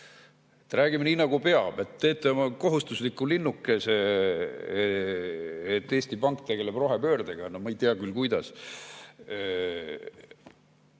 räägime nii, nagu peab. Te teete oma kohustusliku linnukese, et Eesti Pank tegeleb rohepöördega. No ma ei tea küll, kuidas.